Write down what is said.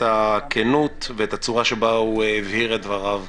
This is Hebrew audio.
הכנות ואת הצורה שבה הוא העביר את דבריו,